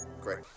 Great